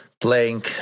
playing